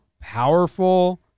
powerful